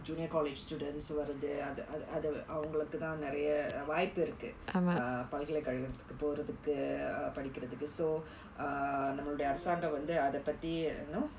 junior college students வரது அது அது அவங்களுக்கு தா நிறைய வாய்ப்பு இருக்கு பல்கலை கழகத்துக்கு போறதுக்கு படிக்குறதுக்கு:varathu athu athu avangalukku thaa niraiya vaaippu irukku palkalai kalagathukku porathukku padikkurathukku so நமது அரசாங்கம் அத பத்தி:namathu arasaangam atha paththi you know